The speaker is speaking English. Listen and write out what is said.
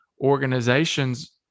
organizations